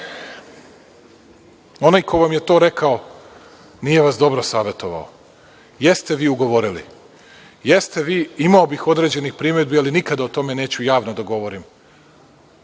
onaj ko vam je to rekao nije vas dobro savetovao, jeste vi ugovorili, imao bih određenih primedbi, ali nikada o tome neću javno da govorim.